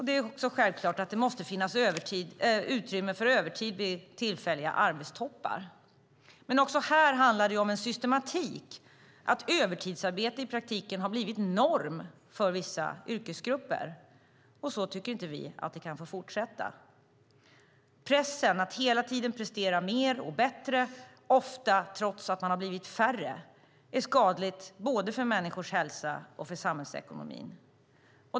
Det är också självklart att det måste finnas utrymme för övertid vid tillfälliga arbetstoppar. Men också här handlar det om en systematik. Övertidsarbete har i praktiken blivit norm för vissa yrkesgrupper. Så tycker inte vi att det kan få fortsätta. Pressen att hela tiden prestera mer och bättre, ofta trots att man har blivit färre, är skadlig både för människors hälsa och för samhällsekonomin.